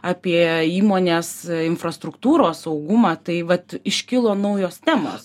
apie įmonės infrastruktūros saugumą tai vat iškilo naujos temos